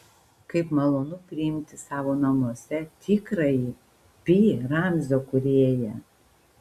kaip malonu priimti savo namuose tikrąjį pi ramzio kūrėją